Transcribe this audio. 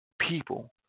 people